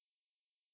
oh